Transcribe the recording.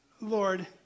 Lord